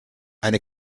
eine